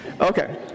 Okay